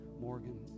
Morgan